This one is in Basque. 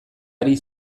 ari